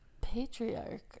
patriarch